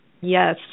Yes